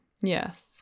Yes